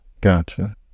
Gotcha